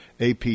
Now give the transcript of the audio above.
AP